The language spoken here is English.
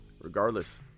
regardless